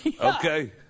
okay